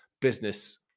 business